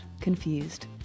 Confused